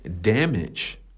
damage